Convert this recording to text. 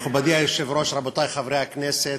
מכובדי היושב-ראש, רבותי חברי הכנסת,